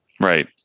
Right